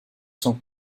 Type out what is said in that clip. sont